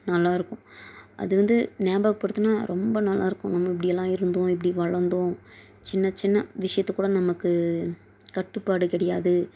நல்லாருக்கும் அது வந்து ஞாபகப்படுத்துனா ரொம்ப நல்லாருக்கும் நம்ம இப்படியெல்லாம் இருந்தோம் இப்படி வளர்ந்தோம் சின்ன சின்ன விஷயத்துக்கூட நமக்கு கட்டுப்பாடு கிடையாது